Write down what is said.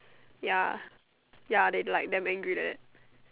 ya ya they like damn angry like that